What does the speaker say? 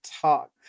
Talk